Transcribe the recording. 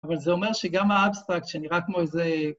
אבל זה אומר שגם האבסטרקט שנראה כמו איזה...